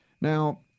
Now